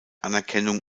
anerkennung